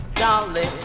dolly